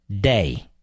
day